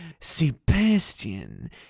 Sebastian